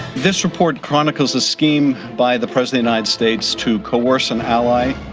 this report chronicles the scheme by the present united states to coerce an ally,